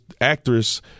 actress